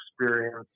experience